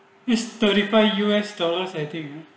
is thirty five U_S dollars i think